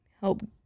help